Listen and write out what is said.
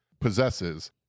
possesses